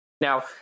Now